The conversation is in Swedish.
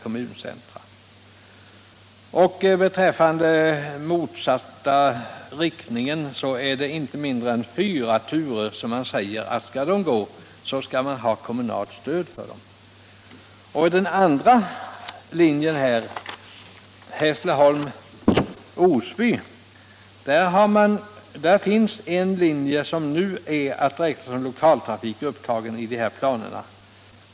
Och i motsatta riktningen är det inte mindre än fyra turer om vilka man säger, att om trafiken där skall upprätthållas, så skall man ha kommunalt stöd. På den andra sträckningen, Hässleholm-Osby, finns en linje som nu är att räkna som lokaltrafik upptagen i planerna.